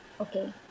okay